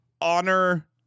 honor –